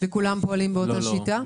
כולם פועלים באותה שיטה?